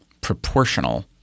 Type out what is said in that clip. proportional